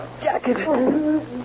jacket